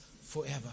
forever